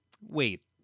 Wait